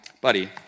buddy